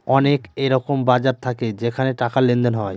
অনেক এরকম বাজার থাকে যেখানে টাকার লেনদেন হয়